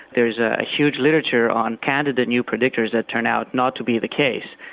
there is a huge literature on candidate new predictors that turn out not to be the case.